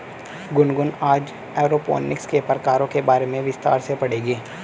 गुनगुन आज एरोपोनिक्स के प्रकारों के बारे में विस्तार से पढ़ेगी